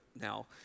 now